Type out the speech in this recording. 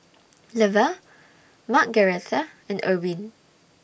Leva Margaretha and Erwin